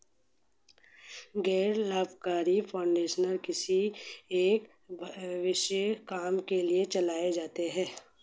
गैर लाभकारी फाउंडेशन किसी एक विशेष काम के लिए चलाए जाते हैं